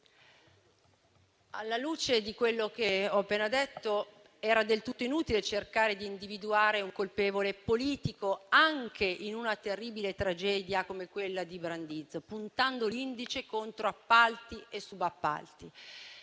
Alla luce di quello che ho appena detto, era del tutto inutile cercare di individuare un colpevole politico, anche in una terribile tragedia come quella di Brandizzo, puntando l'indice contro appalti e subappalti.